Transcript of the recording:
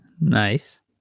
Nice